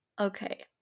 Okay